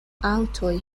aŭtoj